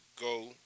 go